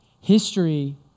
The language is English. History